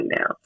now